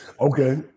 Okay